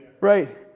Right